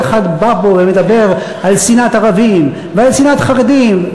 כל אחד בא פה ומדבר על שנאת ערבים ועל שנאת חרדים.